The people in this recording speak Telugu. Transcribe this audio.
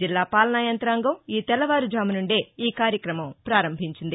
జిల్లా పాలనాయంత్రాంగం ఈ తెల్లవారుఝాము నుండే ఈ కార్యక్రమం పారంభించింది